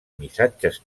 missatges